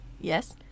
Yes